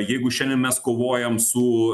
jeigu šiandien mes kovojam su